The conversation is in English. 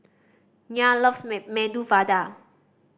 Nyah loves Medu Vada